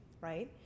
right